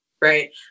Right